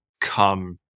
come